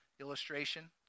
illustration